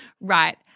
right